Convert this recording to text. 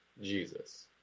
Jesus